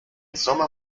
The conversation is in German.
sommer